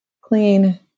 clean